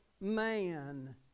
man